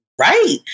right